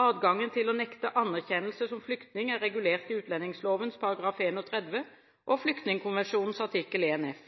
Adgangen til å nekte anerkjennelse som flyktning er regulert i utlendingsloven § 31 og Flyktningkonvensjonens artikkel 1F.